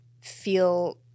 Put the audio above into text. feel